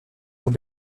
aux